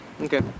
Okay